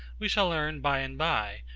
we shall learn by and by,